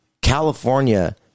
California